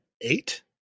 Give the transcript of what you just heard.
eight